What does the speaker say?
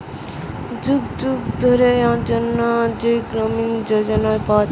যুবকদের জন্যে যেই গ্রামীণ যোজনা পায়া যায়